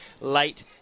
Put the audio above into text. late